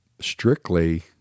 strictly